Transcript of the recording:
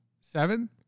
Seven